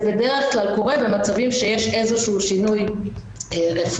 זה קורה בדרך כלל כשיש איזשהו שינוי רפואי.